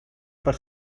per